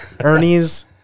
Ernie's